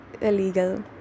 illegal